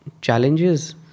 challenges